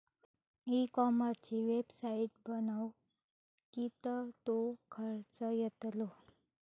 E कॉमर्सची website बनवक किततो खर्च येतलो?